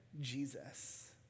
Jesus